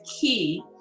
key